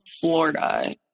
Florida